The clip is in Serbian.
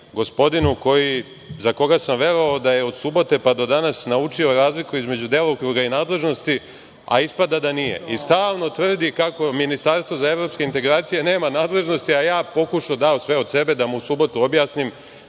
gospodinu za koga sam verovao da je od subote pa do danas naučio razliku između delokruga i nadležnosti, a ispada da nije. Stalno tvrdi kako ministarstvo za evropske integracije nema nadležnosti, a ja sam pokušao, dao sam sve od sebe da mu u subotu objasnim